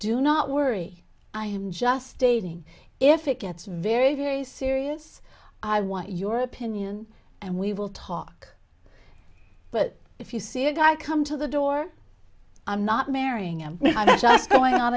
do not worry i am just stating if it gets very very serious i want your opinion and we will talk but if you see a guy come to the door i'm not marrying him